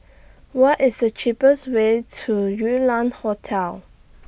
What IS The cheapest Way to Yew Lam Hotel